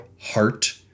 heart